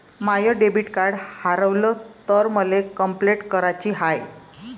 माय debit card हारवल तर मले कंपलेंट कराची हाय